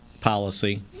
policy